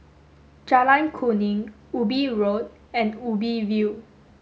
Jalan Kuning Ubi Road and Ubi View